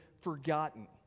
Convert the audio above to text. forgotten